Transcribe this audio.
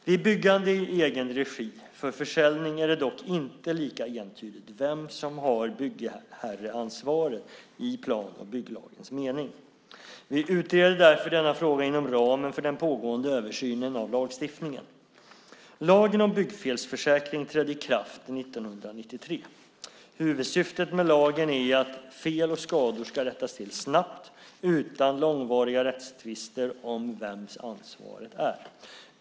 Vid byggande i egen regi för försäljning är det dock inte lika entydigt vem som har byggherreansvaret i plan och bygglagens mening. Vi utreder därför denna fråga inom ramen för den pågående översynen av lagstiftningen. Lagen om byggfelsförsäkring trädde i kraft 1993. Huvudsyftet med lagen är att fel och skador ska rättas till snabbt, utan långvariga rättstvister om vems ansvaret är.